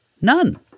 None